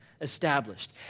established